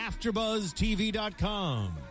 AfterBuzzTV.com